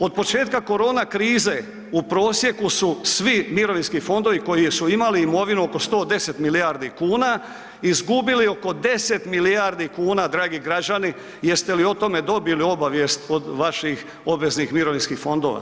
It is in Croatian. Od početka korona krize u prosjeku su svi mirovinski fondovi koji su imali imovinu oko 110 milijardi kuna izgubili oko 10 milijardi kuna, dragi građani, jeste li o tome dobili obavijest od vaših obveznih mirovinskih fondova?